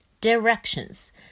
Directions